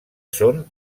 són